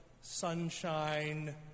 sunshine